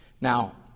Now